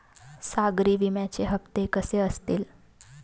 सागरी विम्याचे हप्ते कसे असतील?